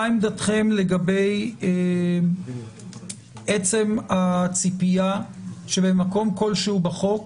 מה עמדתכם לגבי עצם הציפייה שבמקום כלשהו בחוק